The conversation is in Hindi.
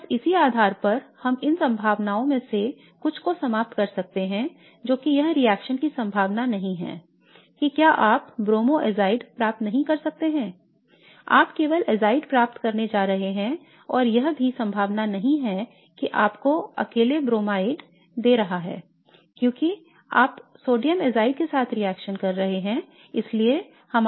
तो बस इसी के आधार पर हम इन संभावनाओं में से कुछ को समाप्त कर सकते हैं जोकि यह रिएक्शन की संभावना नहीं है कि क्या आप ब्रोमो एज़ाइड प्राप्त नहीं कर सकते हैं आप केवल एज़ाइड प्राप्त करने जा रहे हैं और यह भी संभावना नहीं है कि आपको अकेले bromide दे रहा है क्योंकि आप सोडियम एज़ाइड के साथ रिएक्शन कर रहे हैं